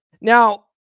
Now